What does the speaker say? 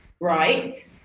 right